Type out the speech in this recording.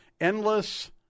Endless